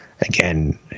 Again